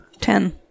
Ten